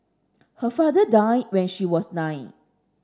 her father died when she was nine